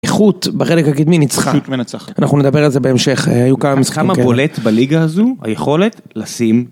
איכות בחלק הקדמי ניצחה, איכות מנצחת, אנחנו נדבר על זה בהמשך, היו כמה משחקים, כמה בולט בליגה הזו, היכולת לשים.